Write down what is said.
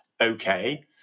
okay